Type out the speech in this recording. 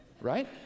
right